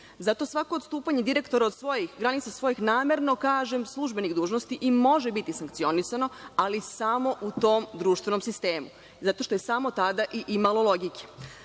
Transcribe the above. Zato svako odstupanje direktora od granica svojih, namerno kažem, službenih dužnosti i može biti sankcionisano, ali samo u tom društvenom sistemu, zato što je samo tada i imalo logike. Dame